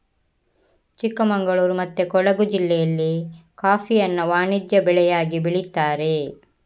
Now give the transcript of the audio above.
ಚಿಕ್ಕಮಗಳೂರು ಮತ್ತೆ ಕೊಡುಗು ಜಿಲ್ಲೆಯಲ್ಲಿ ಕಾಫಿಯನ್ನ ವಾಣಿಜ್ಯ ಬೆಳೆಯಾಗಿ ಬೆಳೀತಾರೆ